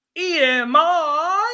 EMI